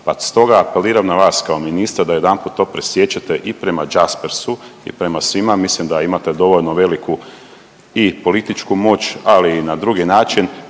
pa stoga apeliram na vas kao ministra da jedanput to presiječete i prema Jaspersu i prema svima. Mislim da imate dovoljno veliku i političku moć, ali i na drugi način,